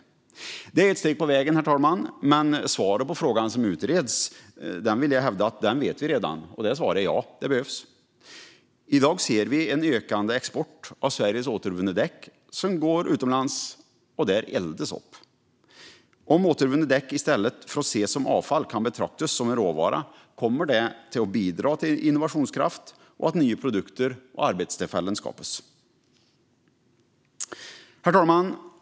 Detta är ett steg på vägen, herr talman, men svaret på frågan som utreds vill jag hävda att vi redan vet. Det svaret är: Ja, det behövs. I dag ser vi en ökande export av Sveriges återvunna däck som går utomlands och där eldas upp. Om återvunna däck i stället för att ses som avfall kan betraktas som en råvara kommer det att bidra till innovationskraft och till att nya produkter och arbetstillfällen skapas. Herr talman!